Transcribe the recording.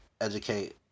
educate